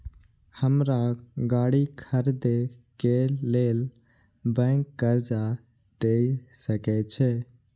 हमरा गाड़ी खरदे के लेल बैंक कर्जा देय सके छे?